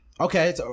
Okay